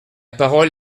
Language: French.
parole